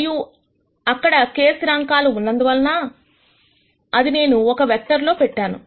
మరియు అక్కడ k స్థిరాంకాలు ఉన్నందువలన ఇది నేను ఒక వెక్టర్ లో పెట్టాను